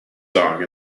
song